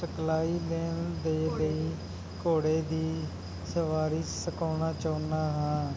ਤਕਲਾਈ ਮੈਂ ਦੇ ਦੇ ਘੋੜੇ ਦੀ ਸਵਾਰੀ ਸਿਖਾਉਣਾ ਚਾਹੁੰਦਾ ਹਾਂ